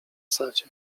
sadzie